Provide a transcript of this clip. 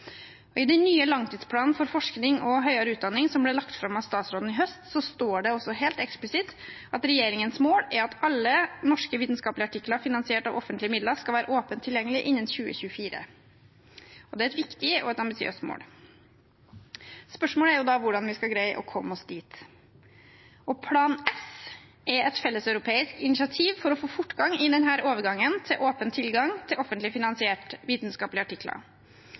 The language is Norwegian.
I den nye langtidsplanen for forskning og høyere utdanning, som ble lagt fram av statsråden i høst, står det også helt eksplisitt: «Regjeringens mål er at alle norske vitenskapelige artikler finansiert av offentlige midler skal være åpent tilgjengelige innen 2024.» Det er et viktig og ambisiøst mål. Spørsmålet er hvordan vi skal greie å komme oss dit. Plan S er et felleseuropeisk initiativ for å få fortgang i denne overgangen til åpen tilgang til offentlig finansierte vitenskapelige artikler.